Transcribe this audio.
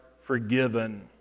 forgiven